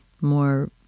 more